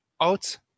out